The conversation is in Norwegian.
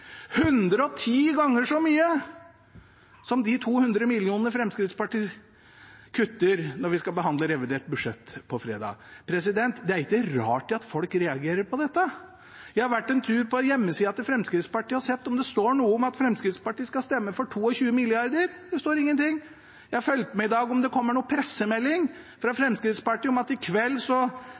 110 ganger så mye som de 200 mill. kr Fremskrittspartiet kutter når vi skal behandle revidert budsjett på fredag. Det er ikke rart at folk reagerer på dette. Jeg har vært en tur på hjemmesida til Fremskrittspartiet og sett om det står noe om at de skal stemme for 22 mrd. kr. Det står ingenting. Jeg har fulgt med i dag på om det kommer noen pressemelding fra Fremskrittspartiet om at i kveld